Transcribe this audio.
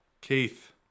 Keith